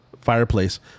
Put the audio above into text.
fireplace